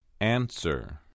Answer